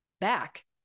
back